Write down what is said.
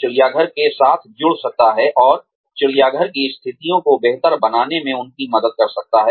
चिड़ियाघर के साथ जुड़ सकता है और चिड़ियाघर की स्थितियों को बेहतर बनाने में उनकी मदद कर सकता है